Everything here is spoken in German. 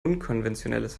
unkonventionelles